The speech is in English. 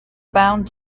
bound